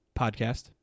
Podcast